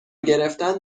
گرفتن